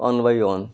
on by on